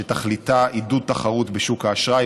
ותכליתה עידוד תחרות בשוק האשראי.